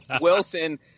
Wilson